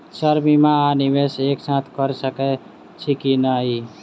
Sir बीमा आ निवेश एक साथ करऽ सकै छी की न ई?